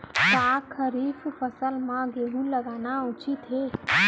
का खरीफ फसल म गेहूँ लगाना उचित है?